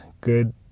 good